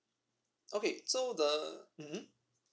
okay so the mmhmm